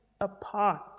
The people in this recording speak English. Apart